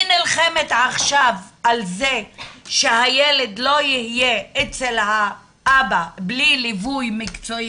היא נלחמת עכשיו על זה שהילד לא יהיה אצל האבא בלי ליווי מקצועי,